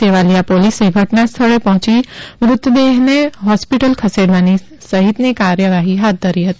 સેવાલીયા પોલીસે ઘટનાસ્થળે પહોંચી મૃતદેહને હોસ્પિટલ ખસેડવા સહિતની કાર્યવાહી હાથ ધરી હતી